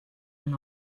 and